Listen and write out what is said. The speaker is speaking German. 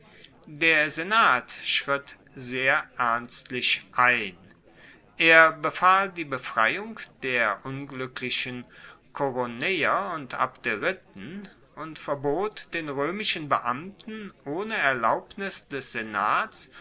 der senat schritt sehr ernstlich ein er befahl die befreiung der ungluecklichen koroneier und abderiten und verbot den roemischen beamten ohne erlaubnis des senats